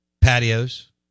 patios